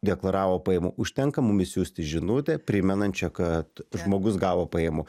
deklaravo pajamų užtenka mum išsiųsti žinutę primenančią kad žmogus gavo pajamų